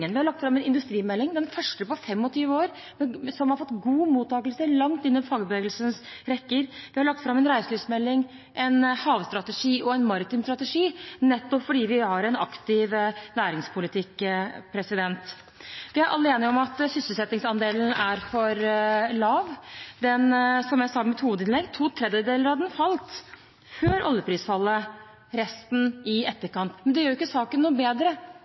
Vi har lagt fram en industrimelding – den første på 25 år – som har fått god mottakelse langt inn i fagbevegelsens rekker. Vi har lagt fram en reiselivsmelding, en havstrategi og en maritim strategi, nettopp fordi vi har en aktiv næringspolitikk. Vi er alle enige om at sysselsettingsandelen er for lav. Som jeg sa i mitt hovedinnlegg: To tredjedeler av den falt før oljeprisfallet, resten i etterkant – men det gjør ikke saken noe bedre.